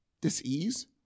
Disease